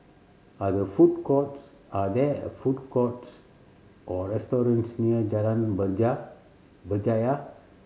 are there food courts are there food courts or restaurants near Jalan Berja Berjaya